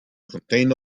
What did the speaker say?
contained